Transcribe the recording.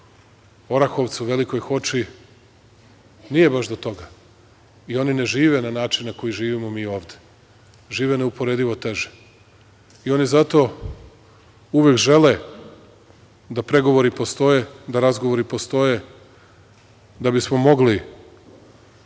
Orahovcu, Velikoj Hoči, nije baš do toga. I oni ne žive na način na koji živimo mi ovde. Žive neuporedivo teže. I oni zato uvek žele da pregovori postoje, da razgovori postoje, da bismo mogli